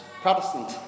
Protestant